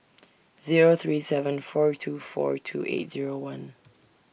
Zero three seven four two four two eight Zero one